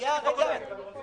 פשוט לא ראינו את